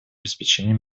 обеспечения